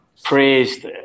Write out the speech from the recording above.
praised